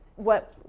what,